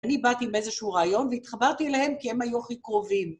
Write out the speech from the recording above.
אני באתי עם איזשהו רעיון והתחברתי אליהם כי הם היו הכי קרובים.